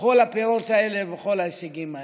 בכל הפירות האלה ובכל ההישגים האלה.